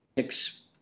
Six